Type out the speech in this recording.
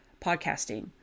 podcasting